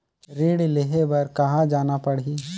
ऋण लेहे बार कहा जाना पड़ही?